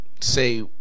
say